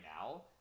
now